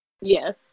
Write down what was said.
Yes